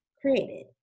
created